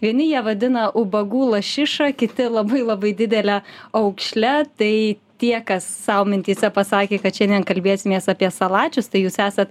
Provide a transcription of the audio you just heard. vieni ją vadina ubagų lašiša kiti labai labai didele aukšle tai tie kas sau mintyse pasakė kad šiandien kalbėsimės apie salačius tai jūs esat